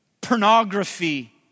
pornography